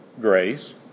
Grace